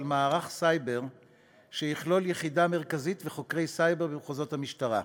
מערך סייבר שיכלול יחידה מרכזית וחוקרי סייבר במחוזות המשטרה.